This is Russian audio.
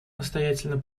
настоятельно